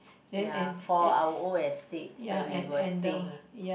ya for our old estate where we were staying in ya